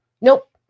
Nope